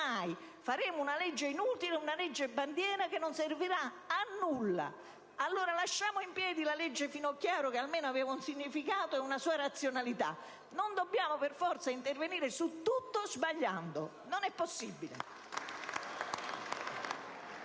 mai: faremmo una legge inutile, una legge bandiera che non servirà a nulla. Tanto vale lasciare in piedi la legge Finocchiaro, che almeno aveva un suo significato e una sua razionalità. Non dobbiamo per forza intervenire su tutto sbagliando! Non è possibile!